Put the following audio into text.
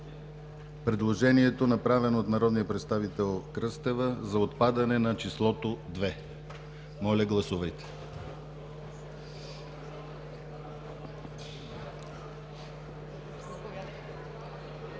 предложението направено от народния представител Кръстева за отпадане на числото „2“. Гласували